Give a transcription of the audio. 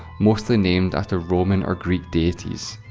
mostly named after roman or greek deities.